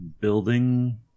building